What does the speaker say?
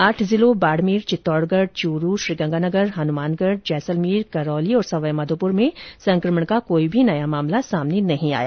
आठ जिलों बाड़मेर चित्तौड़गढ़ चूरू श्रीगंगानगर हनुमानगढ़ जैसलमेर करौली और सवाई माधोपुर में संकमण का कोई भी नया मामला नहीं मिला